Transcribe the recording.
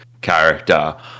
character